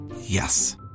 Yes